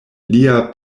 lia